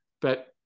but-